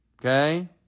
Okay